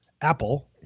Apple